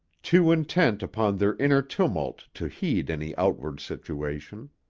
too intent upon their inner tumult to heed any outward situation.